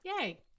Yay